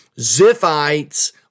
Ziphites